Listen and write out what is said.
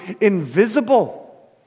invisible